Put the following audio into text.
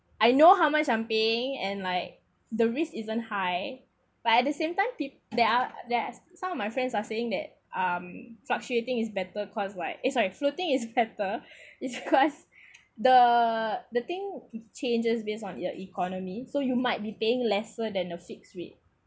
I know how much I'm paying and like the risk isn't high but at the same peo~ there are there're some of my friends are saying that um fluctuating is better cause why eh sorry floating is better is because the the thing changes based on your economy so you might be paying lesser than the fixed rate